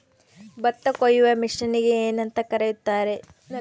ಭತ್ತ ಕೊಯ್ಯುವ ಮಿಷನ್ನಿಗೆ ಏನಂತ ಕರೆಯುತ್ತಾರೆ?